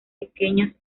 pequeñas